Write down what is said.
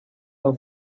her